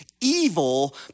evil